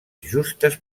justes